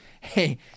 Hey